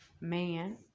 man